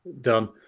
done